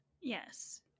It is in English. Yes